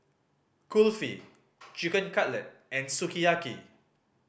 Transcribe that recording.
Kulfi Chicken Cutlet and Sukiyaki